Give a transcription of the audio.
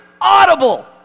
audible